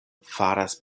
faras